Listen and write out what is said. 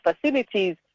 facilities